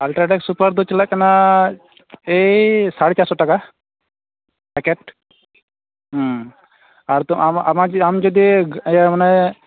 UltraTech super ᱫᱚ ᱪᱟᱞᱟᱜ ᱠᱟᱱᱟ ᱮᱭ ᱥᱟᱲᱮ ᱪᱟᱨᱥᱚ ᱴᱟᱠᱟ ᱯᱮᱠᱮᱴ ᱟᱨ ᱛᱚ ᱟᱢᱟᱜ ᱟᱢ ᱡᱩᱫᱤ ᱤᱭᱟᱹ ᱢᱟᱱᱮ